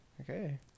Okay